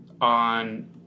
on